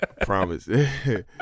promise